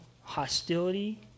hostility